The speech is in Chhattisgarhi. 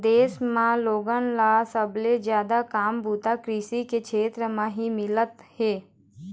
देश म लोगन ल सबले जादा काम बूता कृषि के छेत्र म ही मिलत हे